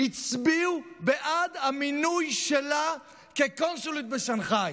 הצביעו בעד המינוי שלה כקונסולית בשנגחאי.